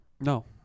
No